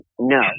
No